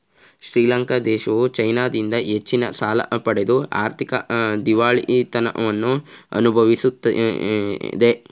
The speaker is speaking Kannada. ಶ್ರೀಲಂಕಾ ದೇಶವು ಚೈನಾದಿಂದ ಹೆಚ್ಚಿನ ಸಾಲ ಪಡೆದು ಆರ್ಥಿಕ ದಿವಾಳಿತನವನ್ನು ಅನುಭವಿಸುತ್ತಿದೆ